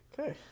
Okay